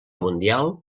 mundial